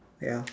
wait ah